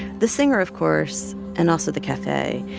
the singer of course, and also the cafe,